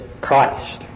Christ